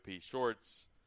Shorts